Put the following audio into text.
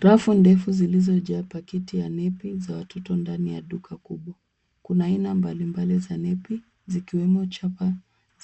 Rafu ndefu zilizojaa pakiti za nepi za watoto ndani ya duka kubwa. Kuna aina mbalimbali za nepi zikiwemo chapa